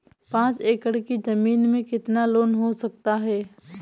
पाँच एकड़ की ज़मीन में कितना लोन हो सकता है?